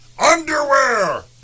underwear